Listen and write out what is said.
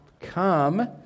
come